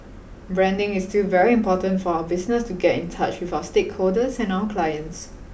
branding is still very important for our business to get in touch with our stakeholders and our clients